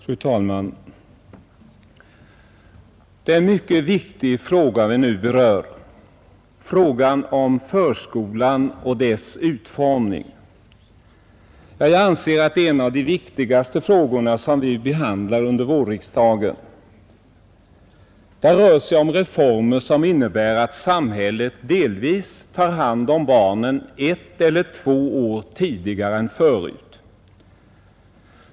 Fru talman! Det är en mycket viktig fråga vi nu berör — frågan om förskolan och dess utformning. Ja, jag anser att det är en av de viktigaste frågorna som vi behandlar under vårriksdagen. Det rör sig om reformer som innebär att samhället delvis tar hand om barnen ett eller två år tidigare än förut.